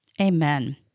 Amen